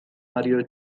audio